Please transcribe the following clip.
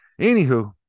Anywho